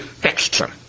texture